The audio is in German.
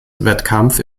wettkampf